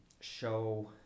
show